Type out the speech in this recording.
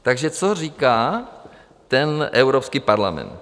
Takže co říká Evropský parlament?